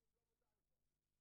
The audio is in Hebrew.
אתה לפעמים לא מודע לזה אפילו.